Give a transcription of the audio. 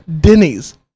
Denny's